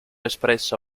espressa